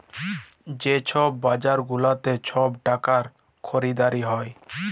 যে ছব বাজার গুলাতে ছব টাকার খরিদারি হ্যয়